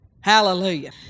Hallelujah